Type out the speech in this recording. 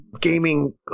gaming